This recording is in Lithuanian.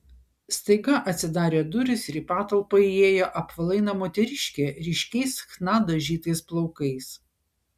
staiga atsidarė durys ir į patalpą įėjo apvalaina moteriškė ryškiais chna dažytais plaukais